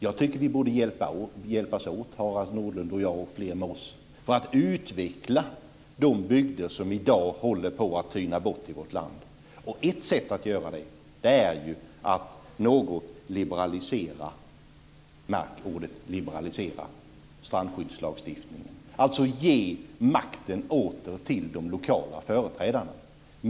Jag tycker att vi borde hjälpas åt Harald Nordlund och jag och fler med oss för att utveckla de bygder som i dag håller på att tyna bort. Ett sätt att göra det är att något liberalisera - märk ordet liberalisera - strandskyddslagstiftningen, alltså ge makten åter till de lokala företrädarna.